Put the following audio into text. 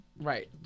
right